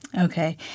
Okay